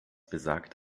besagt